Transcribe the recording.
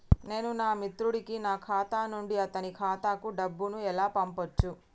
నేను నా మిత్రుడి కి నా ఖాతా నుండి అతని ఖాతా కు డబ్బు ను ఎలా పంపచ్చు?